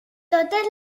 totes